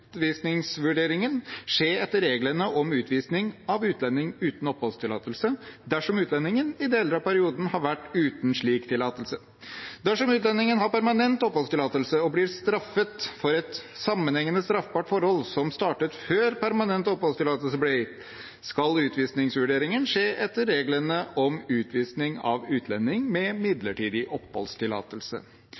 skje etter reglene om utvisning av utlending uten oppholdstillatelse dersom utlendingen i deler av perioden har vært uten slik tillatelse. Dersom utlendingen har permanent oppholdstillatelse og blir straffet for et sammenhengende straffbart forhold som startet før permanent oppholdstillatelse ble gitt, skal utvisningsvurderingen skje etter reglene om utvisning av utlending med midlertidig oppholdstillatelse.